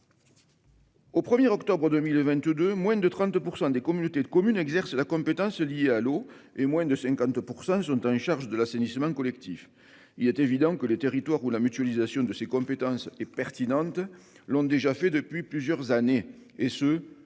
Au 1 octobre 2022, moins de 30 % des communautés de communes exercent la compétence liée à l'eau et moins de 50 % d'entre elles sont en charge de l'assainissement collectif. Il est évident que les territoires pour lesquels la mutualisation de ces compétences est pertinente l'ont déjà fait depuis plusieurs années, et ce